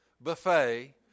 buffet